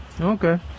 Okay